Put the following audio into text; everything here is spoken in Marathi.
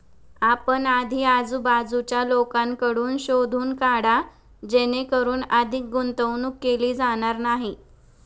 आपण आधी आजूबाजूच्या लोकांकडून शोधून काढा जेणेकरून अधिक गुंतवणूक केली जाणार नाही